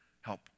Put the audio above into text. help